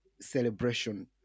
celebration